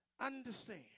Understand